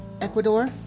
Ecuador